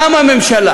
קמה ממשלה,